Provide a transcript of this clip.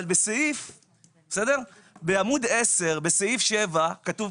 אבל בעמוד 10 בסעיף 7 כתוב: